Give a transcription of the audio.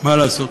מה לעשות,